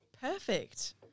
Perfect